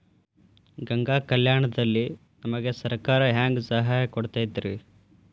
ಗಂಗಾ ಕಲ್ಯಾಣ ದಲ್ಲಿ ನಮಗೆ ಸರಕಾರ ಹೆಂಗ್ ಸಹಾಯ ಕೊಡುತೈತ್ರಿ?